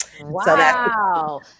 Wow